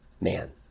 man